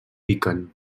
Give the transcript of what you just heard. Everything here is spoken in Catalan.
piquen